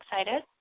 excited